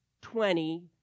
twenty